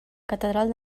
catedral